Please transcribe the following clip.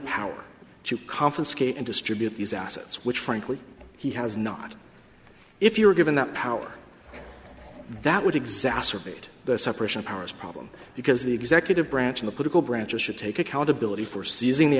power to confiscate and distribute these assets which frankly he has not if you were given that power that would exacerbate the separation of powers problem because the executive branch of the political branches should take accountability for seizing the